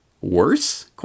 worse